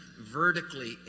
vertically